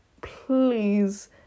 please